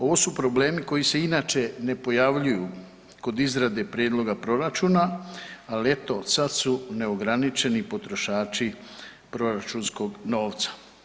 Ovo su problemi koji se inače ne pojavljuju kod izrade prijedloga proračuna, ali eto sad su neograničeni potrošači proračunskog novca.